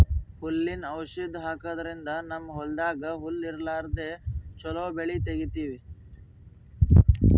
ಹುಲ್ಲಿನ್ ಔಷಧ್ ಹಾಕದ್ರಿಂದ್ ನಮ್ಮ್ ಹೊಲ್ದಾಗ್ ಹುಲ್ಲ್ ಇರ್ಲಾರ್ದೆ ಚೊಲೋ ಬೆಳಿ ತೆಗೀತೀವಿ